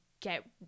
get –